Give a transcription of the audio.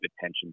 attention